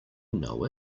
know